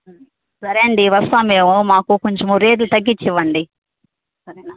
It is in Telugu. సరే అండి వస్తాము మేము మాకు కొంచెం రేట్లు తగ్గించి ఇవ్వండి సరేనా